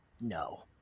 no